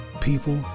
people